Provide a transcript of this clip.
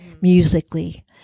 musically